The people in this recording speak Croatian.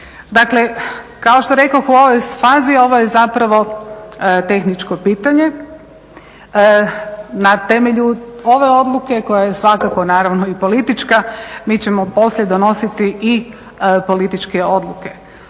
Dakle, kao što rekoh u ovoj fazi ovo je zapravo tehničko pitanje. Na temelju ove odluke koja je svakako naravno i politička mi ćemo poslije donositi i političke odluke.